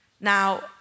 Now